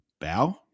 bow